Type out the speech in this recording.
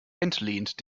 entlehnt